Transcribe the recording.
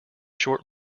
short